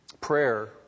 prayer